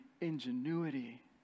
ingenuity